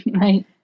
Right